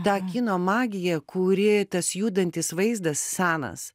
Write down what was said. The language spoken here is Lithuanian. tą kino magiją kuri tas judantis vaizdas senas